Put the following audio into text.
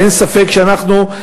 ואין ספק שאנחנו,